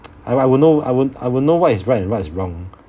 I would I would know I would I would know what is right and what is wrong